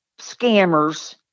scammers